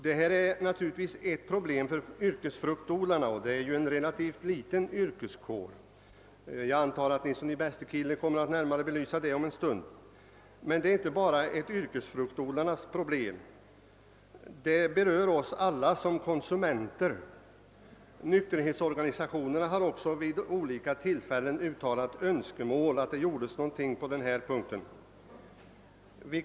Den berör naturligtvis främst fruktodlarna, som ju är en relativt liten yrkeskår. Jag antar att herr Nilsson i Bästekille närmare kommer att belysa detta om en stund. Frågan gäller dock inte bara ett yrkesfruktodlarnas problem. Den berör oss alla i vår egenskap av konsumenter. Nykterhetsorganisationerna har också vid olika tillfällen uttalat önskemål om att någonting görs på denna punkt.